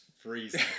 freezing